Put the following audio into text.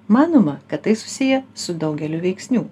manoma kad tai susiję su daugeliu veiksnių